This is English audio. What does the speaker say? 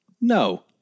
No